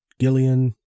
Gillian